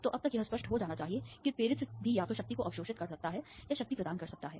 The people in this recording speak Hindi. तो अब तक यह स्पष्ट हो जाना चाहिए कि प्रेरित्र भी या तो शक्ति को अवशोषित कर सकता है या शक्ति प्रदान कर सकता है